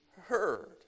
heard